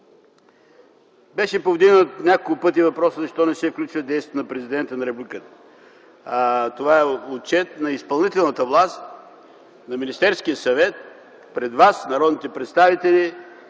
беше повдигнат въпросът защо не се включват действията на президента на Републиката. Това е отчет на изпълнителната власт, на Министерския съвет пред вас – народните представители.